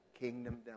kingdom